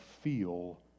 feel